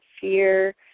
fear